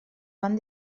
van